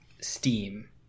steam